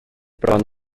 bron